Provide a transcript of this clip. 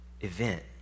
event